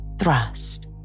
thrust